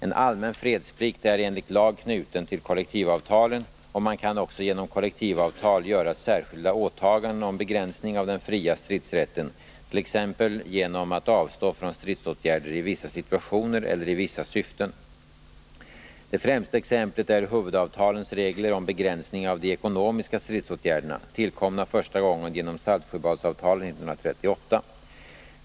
En allmän fredsplikt är enligt lag knuten till kollektivavtalen, och man kan också genom kollektivavtal göra särskilda åtaganden om begränsning av den fria stridsrätten,t.ex. genom att avstå från stridsåtgärder i vissa situationer eller i vissa syften. Det främsta exemplet är huvudavtalens regler om begränsning av de ekonomiska stridsåtgärderna, tillkomna första gången genom Saltsjöbadsavtalet 1938.